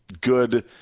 good